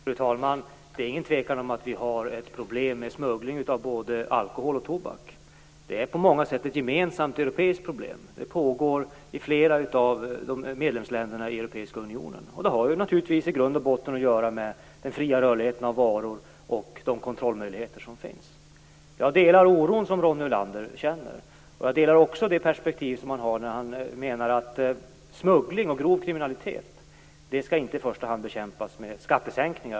Fru talman! Det är ingen tvekan om att vi har ett problem med smuggling av både alkohol och tobak. Det är på många sätt ett gemensamt europeiskt problem. Detta pågår i flera av medlemsländerna i Europeiska unionen. Det har naturligtvis i grund och botten att göra med den fria rörligheten av varor och de kontrollmöjligheter som finns. Jag delar den oro som Ronny Olander känner. Jag delar också den uppfattning som han har när han menar att smuggling och grov kriminalitet inte i första hand skall bekämpas med skattesänkningar.